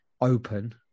open